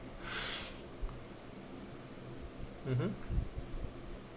mmhmm